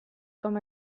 com